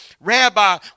Rabbi